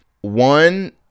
one